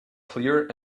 clear